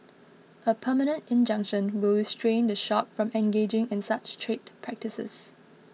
a permanent injunction will restrain the shop from engaging in such trade practices